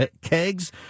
kegs